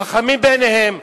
חכמים בעיניהם,